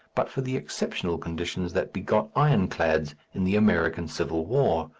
but for the exceptional conditions that begot ironclads in the american civil war.